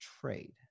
trade